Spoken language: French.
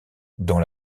dont